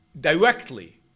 directly